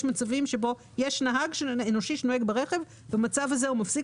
יש מצבים בהם יש נהג אנושי שנוהג ברכב ובמצב הזה הוא מפסיק